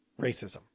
racism